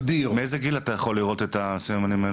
מאיזה גיל אתה יכול לראות את הסממנים האלה?